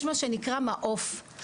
יש מי שנקרא מעוף,